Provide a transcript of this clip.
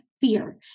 fear